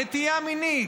נטייה מינית,